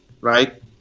right